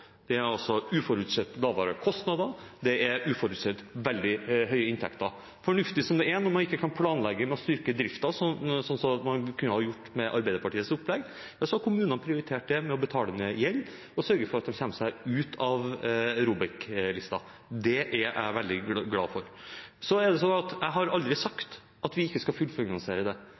Det er altså uforutsett lavere kostnader og uforutsett veldig høye inntekter. Fornuftig som det er – når man ikke kan planlegge med å styrke driften, som man kunne gjort med Arbeiderpartiets opplegg – har kommunene prioritert å betale ned gjeld og sørget for at de kommer seg ut av ROBEK-listen. Det er jeg veldig glad for. Så er det slik at jeg aldri har sagt at vi ikke skal fullfinansiere det.